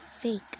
fake